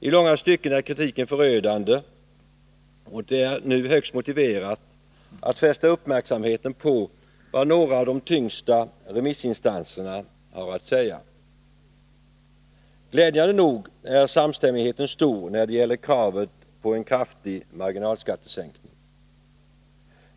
I långa stycken är kritiken förödande, och det är nu högst motiverat att fästa uppmärksamheten på vad några av de tyngsta remissinstanserna har att säga. Glädjande nog är samstämmigheten stor när det gäller kravet på en kraftig marginalskattesänkning.